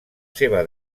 seva